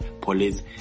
Police